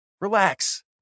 Relax